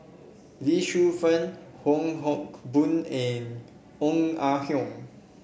Lee Shu Fen Wong Hock Boon and Ong Ah Hoi